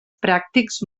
pràctics